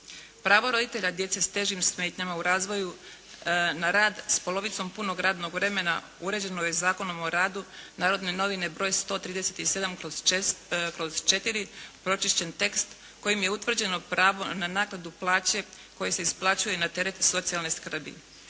Pravo roditelja djece s težim smetnjama u razvoju na rad s polovicom punog radnog vremena uređeno je Zakonom o radu "Narodne novine" broj 137/4, pročišćeni tekst kojim je utvrđeno pravo na naknadu plaće koji se isplaćuje na teret socijalne skrbi.